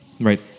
right